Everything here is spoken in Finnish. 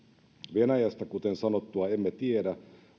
venäjästä kuten sanottua emme tiedä